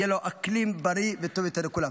יהיה לו אקלים בריא וטוב יותר לכולם.